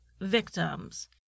victims